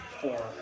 four